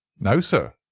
no, sir.